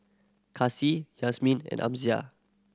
Kasih Yasmin and Amsyar